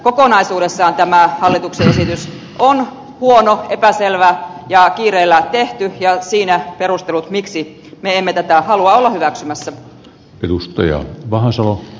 kokonaisuudessaan tämä hallituksen esitys on huono epäselvä ja kiireellä tehty ja siinä perustelut miksi me emme tätä halua olla hyväksymässä